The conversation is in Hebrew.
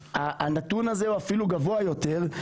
הנתון הזה הוא אפילו גבוה יותר.